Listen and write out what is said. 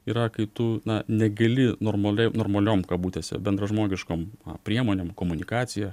yra kai tu na negili normaliai normaliom kabutėse bendražmogiškom priemonėm komunikacija